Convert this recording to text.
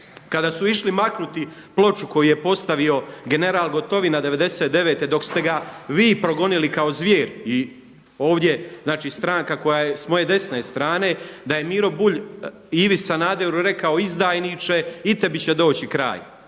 kada su išli maknuti ploču koju je postavio general Gotovina 99. dok ste ga vi progonili kao zvjer i ovdje znači stranka koja je s moje desne strane da je Miro Bulj Ivi Sanaderu rekao izdajniče i tebi će doći kraj.